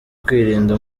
kwirinda